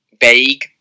vague